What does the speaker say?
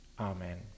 Amen